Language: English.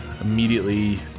immediately